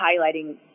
highlighting